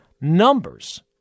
Numbers